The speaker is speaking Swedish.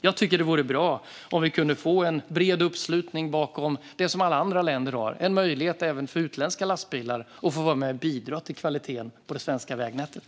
Jag tycker att det vore bra om vi kunde få en bred uppslutning bakom det som alla andra länder har: en möjlighet även för utländska lastbilar att få vara med och bidra till kvaliteten på det svenska vägnätet.